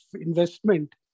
investment